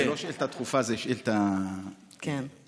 זו לא שאילתה דחופה, זאת שאילתה, כן.